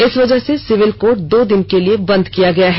इस वजह से सिविल कोर्ट दो दिन के लिए बन्द किया गया है